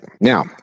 Now